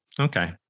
Okay